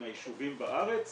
מהיישובים בארץ,